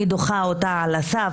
אני דוחה אותו על הסף.